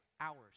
hours